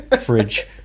fridge